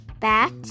bat